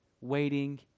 waiting